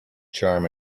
charm